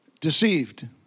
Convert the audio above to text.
deceived